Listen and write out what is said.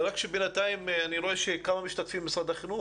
בינתיים אני רואה שיש כמה משתתפים ממשרד החינוך,